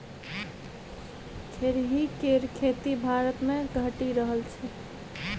खेरही केर खेती भारतमे घटि रहल छै